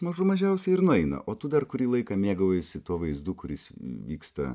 mažų mažiausiai ir nueina o tu dar kurį laiką mėgaujiesi tuo vaizdu kuris vyksta